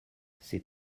ces